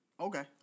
Okay